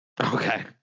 Okay